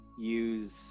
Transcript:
Use